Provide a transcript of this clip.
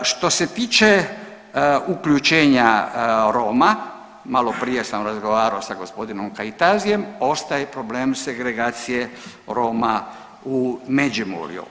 Što se tiče uključenja Roma, malo prije sam razgovarao sa gospodinom Kajtazijem ostaje problem segregacije Roma u Međimurju.